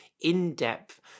in-depth